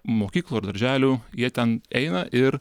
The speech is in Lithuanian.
mokyklų ar darželių jie ten eina ir